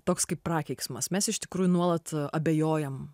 toks kaip prakeiksmas mes iš tikrųjų nuolat abejojam